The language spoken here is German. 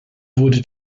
wurde